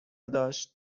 داشت